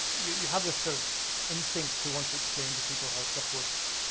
you have this sort of instinct to want to explain to people how stuff works,